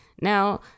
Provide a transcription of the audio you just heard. Now